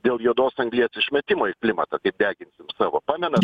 dėl juodos anglies išmetimo į klimatą kai deginsim savo pamenat